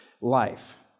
life